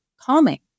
calming